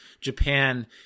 japan